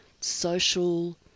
social